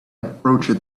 approached